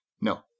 No